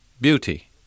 beauty